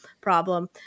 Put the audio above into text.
problem